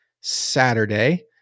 Saturday